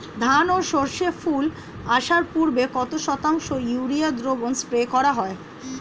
ধান ও সর্ষে ফুল আসার পূর্বে কত শতাংশ ইউরিয়া দ্রবণ স্প্রে করা হয়?